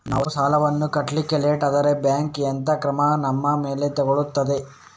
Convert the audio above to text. ನಾವು ಸಾಲ ವನ್ನು ಕಟ್ಲಿಕ್ಕೆ ಲೇಟ್ ಆದ್ರೆ ಬ್ಯಾಂಕ್ ಎಂತ ಕ್ರಮ ನಮ್ಮ ಮೇಲೆ ತೆಗೊಳ್ತಾದೆ?